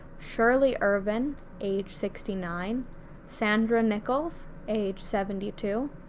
shirley ervin age sixty nine sandra nickells age seventy two,